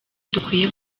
dukwiye